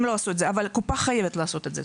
הם לא עשו את זה, אבל קופה חייבת לעשות את זה.